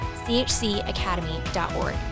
chcacademy.org